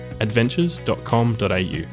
adventures.com.au